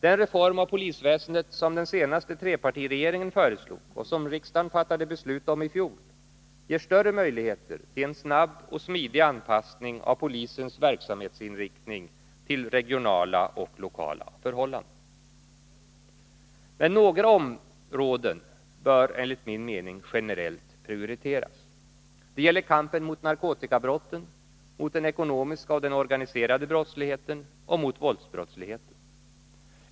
Den reform av polisväsendet som den senaste trepartiregeringen föreslog och som riksdagen fattade beslut om i fjol ger större möjligheter till en snabb och smidig anpassning av polisens verksamhetsinriktning till regionala och lokala förhållanden. Men några områden bör enligt min mening generellt prioriteras. Det gäller kampen mot narkotikabrotten, mot den ekonomiska och den organiserade brottsligheten och mot våldsbrottsligheten.